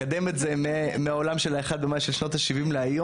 אז אני מקדם את זה מהעולם של ה-01 במאי של שנות ה-70 להיום.